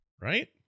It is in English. Right